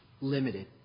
limited